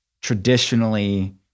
traditionally